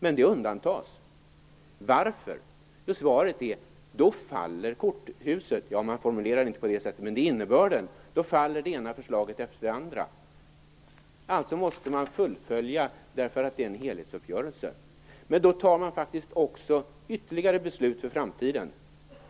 Men det undantas. Varför undantas det? Jo, för att då faller korthuset. Man formulerar det inte på det sättet, men det är innebörden. Då faller det ena förslaget efter det andra. Man måste alltså fullfölja för det är en helhetsupgörelse. Men då tar man faktiskt också ytterligare beslut för framtiden,